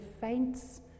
faints